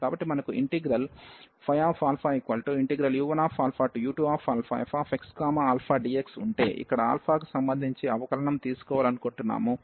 కాబట్టి మనకు ఇంటిగ్రల్ Φu1u2fxαdxఉంటే అక్కడ కి సంబంధించి అవకలనం తీసుకోవాలనుకుంటున్నాము